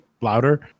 louder